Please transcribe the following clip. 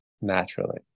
naturally